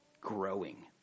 growing